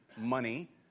money